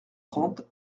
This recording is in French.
trente